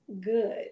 good